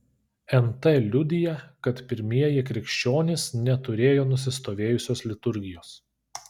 nt liudija kad pirmieji krikščionys neturėjo nusistovėjusios liturgijos